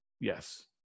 Yes